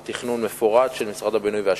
תכנון מפורט של משרד הבינוי והשיכון,